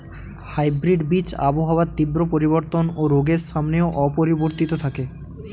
hybrid বীজ আবহাওয়ার তীব্র পরিবর্তন ও রোগের সামনেও অপরিবর্তিত থাকে